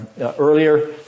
earlier